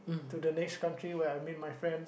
to the next country where I meet my friends